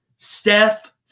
Steph